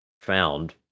found